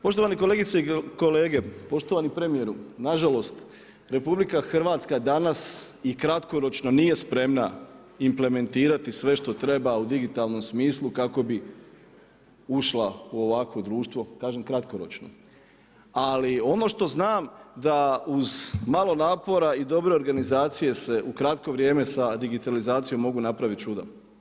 Poštovane kolegice i kolege, poštovani premijeru, nažalost RH danas i kratkoročno nije spremna implementirati sve što treba u digitalnom smislu kako bi ušla u ovakvo društvo, kažem kratkoročno, ali ono što znam da uz malo napora i dobre organizacije se u kratko vrijeme sa digitalizacijom mogu napraviti čuda.